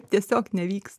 tiesiog nevyks